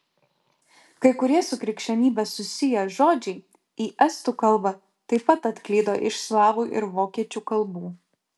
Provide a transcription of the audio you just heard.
kai kurie su krikščionybe susiję žodžiai į estų kalbą taip pat atklydo iš slavų ir vokiečių kalbų